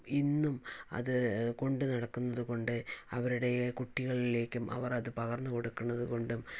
ഇന്നും അത് കൊണ്ടുനടക്കുന്നത് കൊണ്ട് അവരുടെ കുട്ടികളിലേക്കും അവരത് പകർന്നു കൊടുക്കുന്നത് കൊണ്ടും